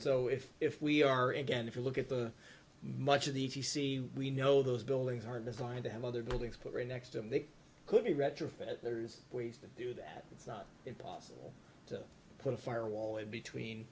so if if we are again if you look at the much of the if you see we know those buildings are designed to have other buildings put right next to them they could be retrofit there's ways to do that it's not impossible to put a fire wall in between